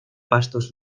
pastos